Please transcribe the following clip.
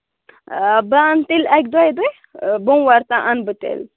آ بہٕ اَنہٕ تیٚلہِ اَکہِ دۄیہِ دۄہہِ بوموارِ تام اَنہٕ بہٕ تیٚلہِ